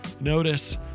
notice